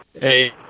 Hey